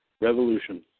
revolution